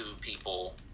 people